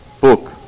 book